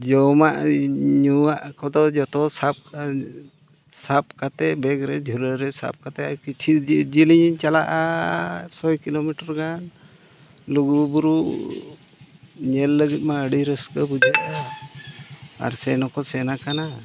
ᱡᱚᱢᱟᱜᱼᱧᱩᱣᱟᱜ ᱠᱚᱫᱚ ᱡᱚᱛᱚ ᱥᱟᱵ ᱥᱟᱵ ᱠᱟᱛᱮᱫ ᱵᱮᱜᱽ ᱨᱮ ᱡᱷᱚᱞᱟ ᱨᱮ ᱥᱟᱵ ᱠᱟᱛᱮᱫ ᱠᱤᱪᱷᱤ ᱡᱮᱞᱮᱧ ᱤᱧ ᱪᱟᱞᱟᱜᱼᱟ ᱥᱚᱭ ᱠᱤᱞᱳᱢᱤᱴᱟᱨ ᱜᱟᱱ ᱞᱩᱜᱩᱼᱵᱩᱨᱩ ᱧᱮᱞ ᱞᱟᱹᱜᱤᱫ ᱢᱟ ᱟᱹᱰᱤ ᱨᱟᱹᱥᱠᱟᱹ ᱵᱩᱡᱷᱟᱹᱜᱼᱟ ᱟᱨ ᱥᱮᱱ ᱦᱚᱸᱠᱚ ᱥᱮᱱ ᱠᱟᱱᱟ